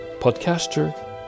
podcaster